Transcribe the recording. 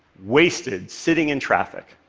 wasted, sitting in traffic.